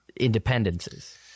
independences